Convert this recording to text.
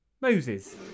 Moses